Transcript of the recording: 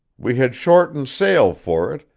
we had shortened sail for it,